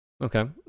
okay